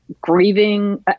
grieving